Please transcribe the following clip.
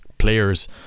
players